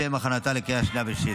לשם הכנתה לקריאה השנייה והשלישית.